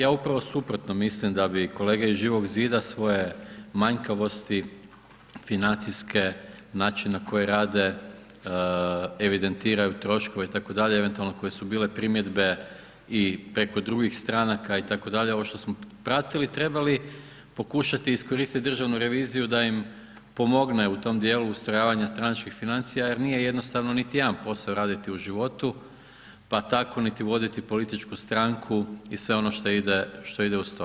Ja upravo suprotno mislim da bi kolege iz Živog zida svoje manjkavosti financijske, način na koji rade, evidentiraju troškove itd., eventualno koje su bile primjedbe i preko drugih stranaka itd., ovo što smo popratili, trebali pokušati iskoristiti Državnu reviziju da im pomogne u tom djelu ustrojavanja stranačkih financija jer nije jednostavno niti jedan posao raditi u životu pa tako niti voditi političku stranku i sve ono što ide uz to.